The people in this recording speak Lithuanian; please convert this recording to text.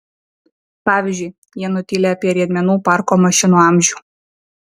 pavyzdžiui jie nutyli apie riedmenų parko mašinų amžių